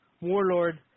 Warlord